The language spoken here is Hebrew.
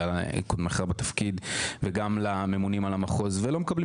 אלא קודמך בתפקיד וגם לממונים על המחוז ולא מקבלים